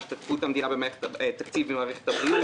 וכך גם השתתפות המדינה בתקציב מערכת הבריאות,